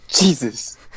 jesus